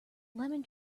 lemon